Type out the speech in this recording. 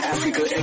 Africa